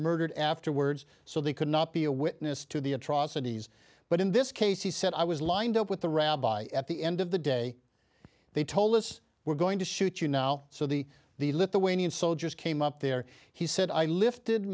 murdered afterwards so they could not be a witness to the atrocities but in this case he said i was lined up with the rabbi at the end of the day they told us we're going to shoot you now so the the lithuanian soldiers came up there he said i lifted